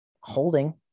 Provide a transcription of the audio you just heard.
holding